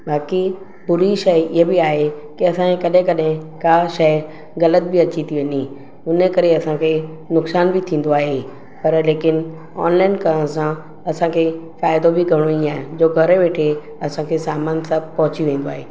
बाक़ी थोरी शइ हीअ बि आहे त असांखे कॾहिं कॾहिं का शइ ग़लत बि अची थी वञे इनकरे असांखे नुक़सान बि थींदो आहे पर लेकिन ऑनलाइन करणु सां असांखे फ़ाइदो बि घणो ई आहे जो घरु वेठे असांखे सामानु सभु पहुची वेंदो आहे